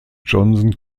johnson